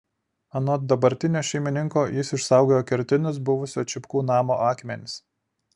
anot dabartinio šeimininko jis išsaugojo kertinius buvusio čipkų namo akmenis